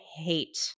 hate